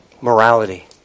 morality